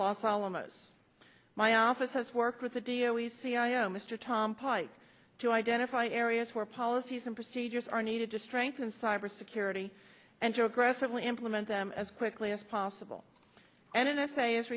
alamos my office has worked with the d o d c i a o mr tom pike to identify areas where policies and procedures are needed to strengthen cybersecurity and joe aggressively implement them as quickly as possible and n s a is